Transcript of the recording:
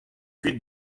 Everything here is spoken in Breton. kuit